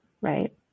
right